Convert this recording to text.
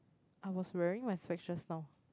I was wearing my specs just now